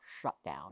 shutdown